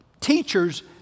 teachers